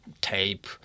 tape